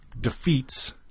defeats